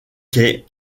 quai